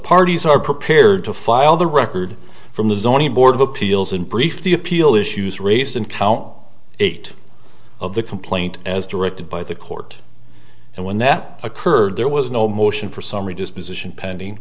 parties are prepared to file the record from the zoning board of appeals and brief the appeal issues raised in count eight of the complaint as directed by the court and when that occurred there was no motion for summary disposition pending